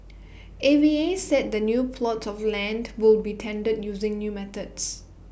A V A said the new plots of land will be tendered using new methods